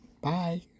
Bye